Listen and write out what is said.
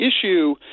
issue